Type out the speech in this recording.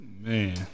Man